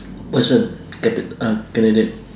person uh candidate